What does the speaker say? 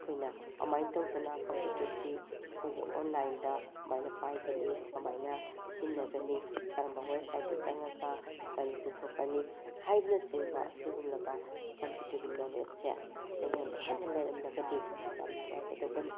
ꯑꯩꯈꯣꯏꯅ ꯀꯃꯥꯏꯅ ꯇꯧꯗꯅ ꯀꯝꯄ꯭ꯌꯨꯇ꯭ꯔꯁꯤ ꯑꯩꯈꯣꯏꯒꯤ ꯑꯣꯟꯂꯥꯏꯟꯗ ꯀꯃꯥꯏꯅ ꯄꯥꯏꯒꯅꯤ ꯀꯃꯥꯏꯅ ꯁꯤꯖꯤꯟꯅꯒꯅꯤ ꯀꯔꯝꯕ ꯋꯦꯞꯁꯥꯏꯠꯇ ꯆꯪꯉꯒ ꯀꯔꯤ ꯄꯨꯊꯣꯛꯀꯅꯤ ꯍꯥꯏꯕꯅꯆꯤꯡꯕ ꯑꯁꯤꯒꯨꯝꯂꯕ ꯀꯝꯄ꯭ꯌꯨꯇ꯭ꯔꯒꯤ ꯅꯣꯂꯦꯖꯁꯦ ꯑꯩꯉꯣꯟꯗ ꯍꯦꯟꯅ ꯂꯩꯔꯝꯂꯒꯗꯤ ꯌꯥꯝꯅ ꯅꯨꯉꯥꯏꯒꯗꯧꯕꯅꯤ